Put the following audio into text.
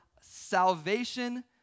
salvation